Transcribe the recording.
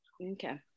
Okay